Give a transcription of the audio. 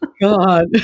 God